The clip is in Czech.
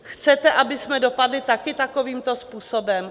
Chcete, abychom dopadli taky takovýmto způsobem?